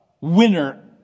winner